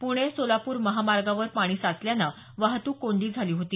पुणे सोलापूर महामार्गावर पाणी साचल्यानं वाहतूक कोंडी झाली होती